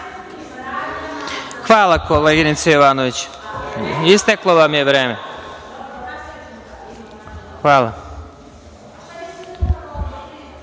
Hvala, koleginice Jovanović. Isteklo vam je vreme.(Nataša